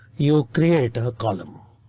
you create a column,